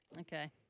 Okay